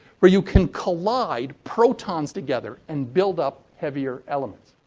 where you can collide protons together and build up heavier elements.